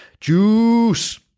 Juice